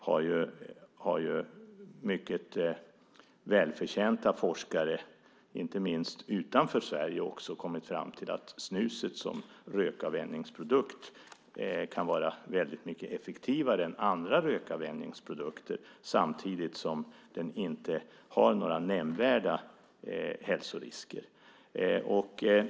Nu har mycket framstående forskare, inte minst utanför Sverige, kommit fram till att snus som rökavvänjningsprodukt kan vara mycket effektivare än andra rökavvänjningsprodukter samtidigt som det inte medför några nämnvärda hälsorisker.